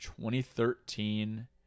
2013